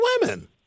women